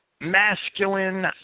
masculine